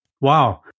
Wow